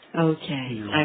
Okay